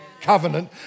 covenant